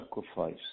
sacrifice